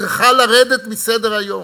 צריכה לרדת מסדר-היום.